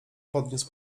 podniósł